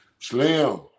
Slim